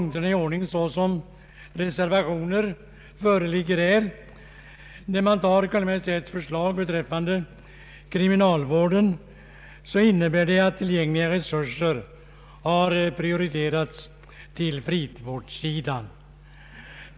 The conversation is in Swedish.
Kungl. Maj:ts förslag beträffande kriminalvården innebär att tillgängliga resurser prioriteras till frivårdssidan.